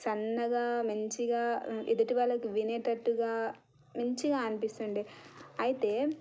సన్నగా మంచిగా ఎదుటి వాళ్ళకు వినేటట్టుగా మంచిగా అనిపిస్తుండే అయితే